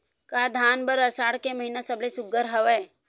का धान बर आषाढ़ के महिना सबले सुघ्घर हवय?